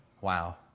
Wow